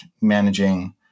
managing